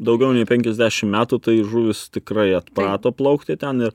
daugiau nei penkiasdešim metų tai žuvys tikrai atprato plaukti ten ir